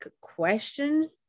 questions